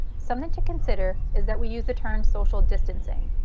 something to consider is that we use the term social distancing.